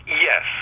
Yes